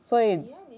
所以